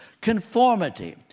conformity